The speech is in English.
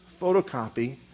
photocopy